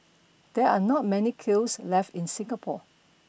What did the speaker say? there are not many kilns left in Singapore